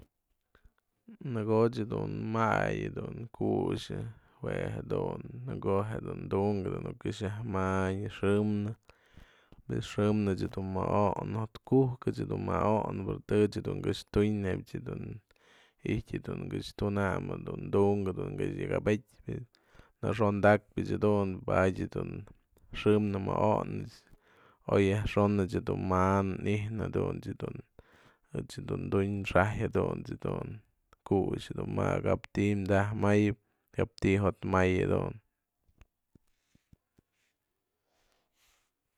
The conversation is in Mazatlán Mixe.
Në ko'o ech dun may dun kuxyë jue jedun në ko'o je dunkë nuk këx yajmanyë xëmnë, xëmnë dun më'oknë, jo'ot ku'uk ech dun më'oknë pues tech jedun këx tu'unë nebyat i'ijtë këx tunany du'unkë këx yak abetyë naxonta'akpyëch jedun padya dun xëmnë më'oknë, oy yajxon dun manë i'ijnä jadunt's yë dun ech je dun du'un xa'aj jadunt's yë dun kuxë dun mawap kap du ti'i tajmayëp, kap ti'i jotmay jedun.